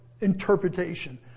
interpretation